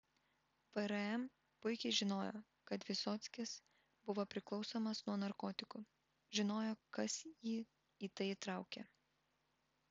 vrm puikiai žinojo kad vysockis buvo priklausomas nuo narkotikų žinojo kas jį į tai įtraukė